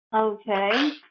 Okay